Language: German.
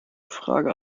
frage